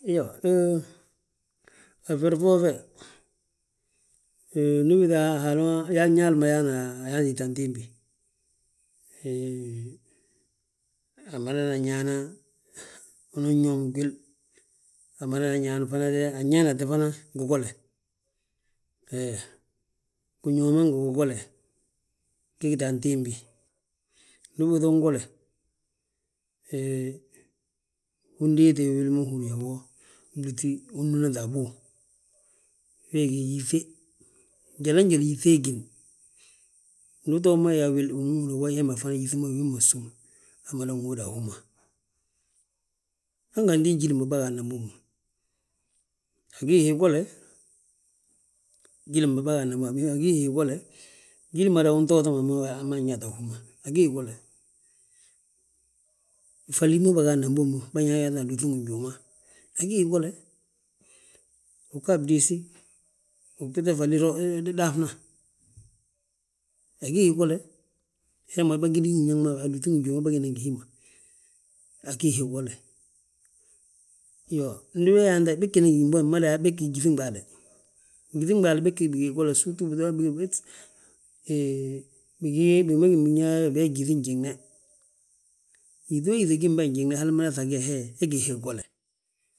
Iyoo, he a feri foo fe, ndu ubiiŧa Haala, Ñaali ma yaana ayaantiti antimbi, hee amadna ñaana unan yooŋi gwil, amada ñaana, anñaanate fana gigole, he. Giñooma ngi gigole ge gita antimbi, ndu ubiiŧa ungole, he undiite wili ma húri yaa wo blúŧi ungu, bege yíŧe. Njaloo njali yíŧe gini ndu uto ma yaa wil wi ma húri yaa wi yaa fana yíŧi ma wii ma súm, he mada ŋóoda a hú ma. Hanganti jíli ma bâgaadna bommu, agi hii gole, jíli ma bâgaadna bommu agí hii gole. jíli mada nŧoota ma mo ayaata a hú ma, agí hii gole. Falí ma bâgaana bommu bânyayaaŧina alúŧi ngi njuuma, agí hii gole, aga bdiisi, ubiiŧa falí daafna, agí hii gole. Hee ma bâgidi ngi hali ma, alúŧi ngi njuuma bâgina ngi hi ma, agi hii gole. Iyoo, ndi he yaanta haj mada yaa begi gyíŧin ɓaale, gyíŧin ɓaale begi bigii gole, sirtu bitona yaa, bigi ma binyaa bà, biyaa gyíŧi njiŋne, yíŧo yíŧi gin be anjiŋe he hal ma yaa he gí hii gole.